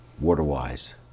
water-wise